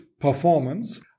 performance